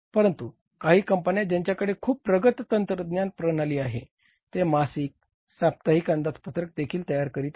परंतु काही कंपन्या ज्यांच्याकडे खूप प्रगत तंत्रज्ञान प्रणाली आहे ते मासिक साप्ताहिक अंदाजपत्रक देखील तयार करीत आहेत